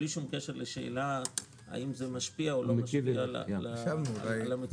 בלי קשר לשאלה האם זה משפיע או לא משפיע על המצוקה.